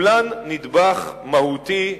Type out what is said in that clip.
כולן נדבך מהותי,